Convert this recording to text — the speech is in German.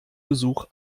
besuch